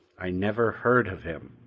i never heard of him,